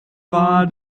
war